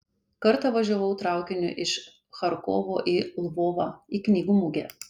kartą važiavau traukiniu iš charkovo į lvovą į knygų mugę